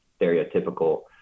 stereotypical